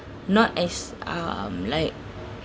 not as um like